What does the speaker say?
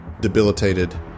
debilitated